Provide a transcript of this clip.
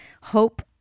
Hope